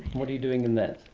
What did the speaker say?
what are you doing in that?